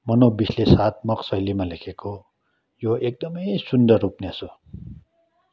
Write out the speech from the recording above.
मनोविश्लेषणात्मक शैलीमा लेखेको यो एकदमै सुन्दर उपन्यास हो